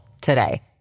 today